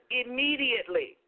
immediately